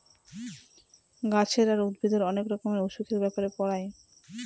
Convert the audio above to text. গাছের আর উদ্ভিদের অনেক রকমের অসুখের ব্যাপারে পড়ায়